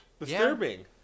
Disturbing